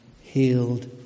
healed